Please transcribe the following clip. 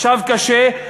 עכשיו קשה,